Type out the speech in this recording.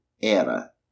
era